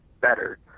better